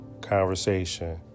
Conversation